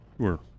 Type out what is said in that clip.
Sure